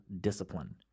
discipline